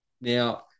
Now